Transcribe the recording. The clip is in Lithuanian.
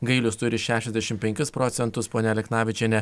gailius turi šešiasdešimt penkis procentus ponia aleknavičienė